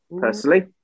personally